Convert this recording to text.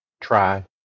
Try